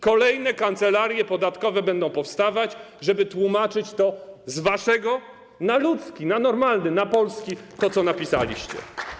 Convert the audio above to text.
Kolejne kancelarie podatkowe będą powstawać, żeby tłumaczyć to z waszego na ludzki, na normalny, na polski, tłumaczyć to, co napisaliście.